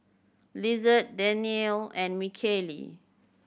Lizeth Daniele and Mikaela